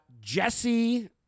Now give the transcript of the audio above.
Jesse